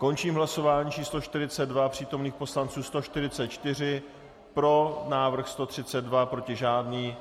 Končím hlasování číslo 42. Přítomných poslanců 144, pro návrh 132, proti žádný.